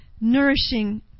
nourishing